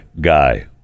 guy